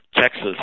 Texas